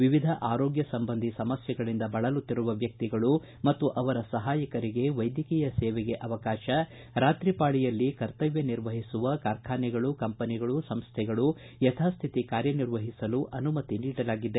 ವಿವಿಧ ಆರೋಗ್ಯ ಸಂಬಂಧಿ ಸಮಸ್ಯೆಗಳಿಂದ ಬಳಲುತ್ತಿರುವ ವ್ಯಕ್ತಿಗಳು ಮತ್ತು ಅವರ ಸಹಾಯಕರಿಗೆ ವೈದ್ಯಕೀಯ ಸೇವೆಗೆ ಅವಕಾಶ ರಾತ್ರಿ ಪಾಳಿಯಲ್ಲಿ ಕರ್ತವ್ಯ ನಿರ್ವಹಿಸುವ ಕಾರ್ಖಾನೆಗಳು ಕಂಪನಿಗಳು ಸಂಸ್ಲೆಗಳು ಯಥಾಸ್ಥಿತಿ ಕಾರ್ಯನಿರ್ವಹಿಸಲು ಅನುಮತಿ ನೀಡಲಾಗಿದೆ